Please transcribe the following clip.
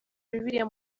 bibiliya